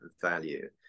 value